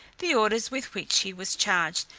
the orders with which he was charged,